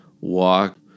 walk